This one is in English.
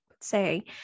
say